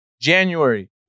January